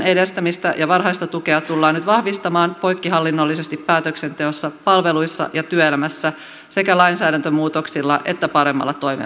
terveyden edistämistä ja varhaista tukea tullaan nyt vahvistamaan poikkihallinnollisesti päätöksenteossa palveluissa ja työelämässä sekä lainsäädäntömuutoksilla että paremmalla toimeenpanolla